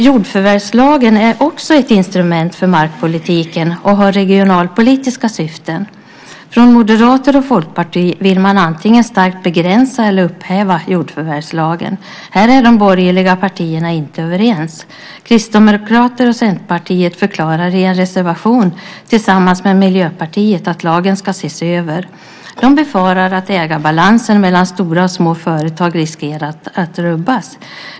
Jordförvärvslagen är också ett instrument för markpolitiken och har regionalpolitiska syften. Från Moderaterna och Folkpartiet vill man antingen starkt begränsa eller upphäva jordförvärvslagen. Här är de borgerliga partierna inte överens. Kristdemokraterna och Centerpartiet förklarar i en reservation tillsammans med Miljöpartiet att lagen ska ses över. De befarar att ägarbalansen mellan stora och små företag riskerar att rubbas.